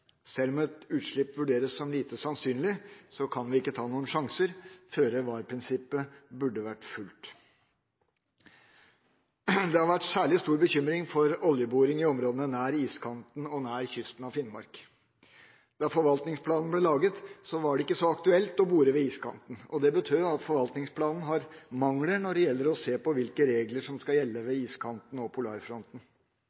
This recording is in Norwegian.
Selv om et utslipp vurderes som lite sannsynlig, kan vi ikke ta noen sjanser. Føre-var-prinsippet burde vært fulgt. Det har vært særlig stor bekymring for oljeboring i områdene nær iskanten og nær kysten av Finnmark. Da forvaltningsplanen ble laget, var det ikke så aktuelt å bore ved iskanten. Det betød at forvaltningsplanen har mangler når det gjelder å se på hvilke regler som skal gjelde ved